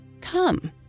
Come